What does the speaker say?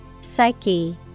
Psyche